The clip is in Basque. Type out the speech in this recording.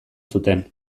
zuten